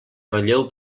relleu